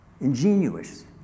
ingenuous